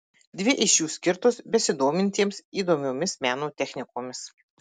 dvi iš jų skirtos besidomintiems įdomiomis meno technikomis